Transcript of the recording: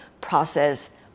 process